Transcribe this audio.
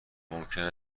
ممکن